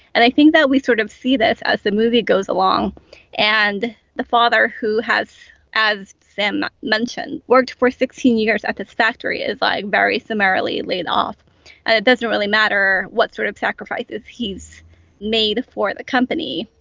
and i think that we sort of see this as the movie goes along and the father who has as sam mentioned worked for sixteen years at the factory is like very summarily laid off and it doesn't really matter what sort of sacrifices he's made for the company.